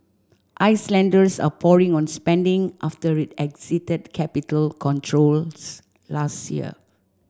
Icelanders are pouring on spending after it exited capital controls last year